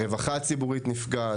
הרווחה הציבורית נפגעת.